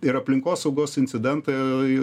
ir aplinkosaugos incidentai